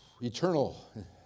Eternal